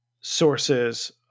sources